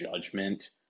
judgment